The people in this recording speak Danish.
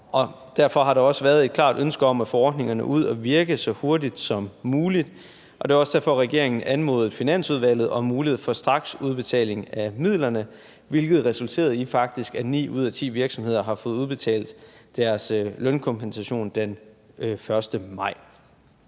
Derfor har der også været et klart ønske om at få ordningerne ud at virke så hurtigt som muligt. Og det er også derfor, regeringen anmodede Finansudvalget om mulighed for straksudbetaling af midlerne, hvilket faktisk resulterede i, at ni ud af ti virksomheder har fået udbetalt deres lønkompensation den 1. maj.